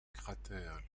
cratère